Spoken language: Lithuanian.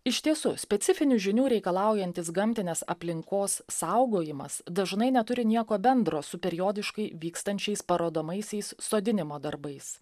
iš tiesų specifinių žinių reikalaujantis gamtinės aplinkos saugojimas dažnai neturi nieko bendro su periodiškai vykstančiais parodomaisiais sodinimo darbais